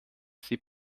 sie